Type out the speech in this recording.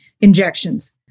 injections